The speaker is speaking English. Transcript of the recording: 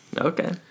Okay